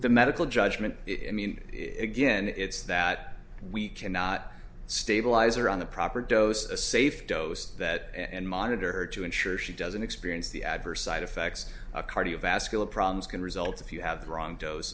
the medical judgment if i mean it again it's that we cannot stabilize or on the proper dose a safe dose that and monitor her to ensure she doesn't experience the adverse side effects of cardiovascular problems can result if you have the wrong dose